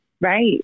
Right